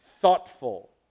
thoughtful